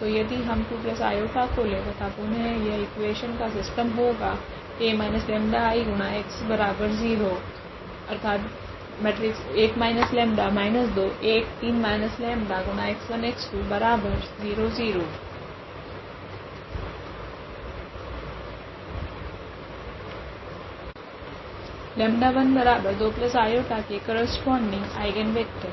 तो यदि हम 2i को ले तथा पुनः यह इक्वेशन का सिस्टम होगा 𝜆12𝑖 के करस्पोंडिंग आइगनवेक्टर 𝜆1 के करस्पोंडिंग आइगनवेक्टर 𝜆12−𝑖 के करस्पोंडिंग आइगनवेक्टर 𝜆1 के करस्पोंडिंग आइगनवेक्टर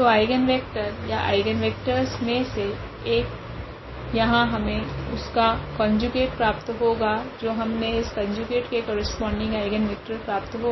तो आइगनवेक्टर या आइगनवेक्टरस मे से एक यहाँ हमे उसका कोंजुगेट प्राप्त होगा जो हमने इस कोंजुगेट के करस्पोंडिंग आइगनवेक्टर प्राप्त होगा